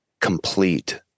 complete